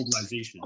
globalization